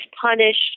punished